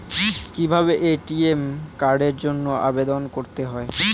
কিভাবে এ.টি.এম কার্ডের জন্য আবেদন করতে হয়?